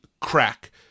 crack